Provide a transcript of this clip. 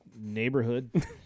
neighborhood